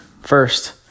First